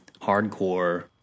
hardcore